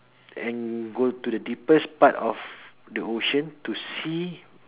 and go to the deepest part of the ocean to see